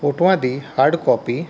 ਫੋਟੋਆਂ ਦੀ hard copy